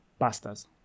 pastas